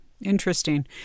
Interesting